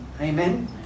Amen